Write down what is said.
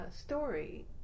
story